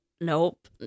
nope